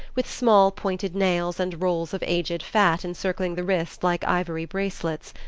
with small pointed nails and rolls of aged fat encircling the wrist like ivory bracelets.